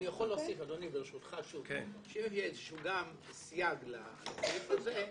אני יכול להוסיף שאם גם יהיה איזשהו סייג לסעיף הזה,